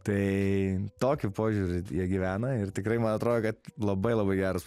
tai tokiu požiūriu jie gyvena ir tikrai man atrodo kad labai labai geras